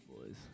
boys